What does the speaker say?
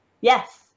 Yes